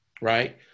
right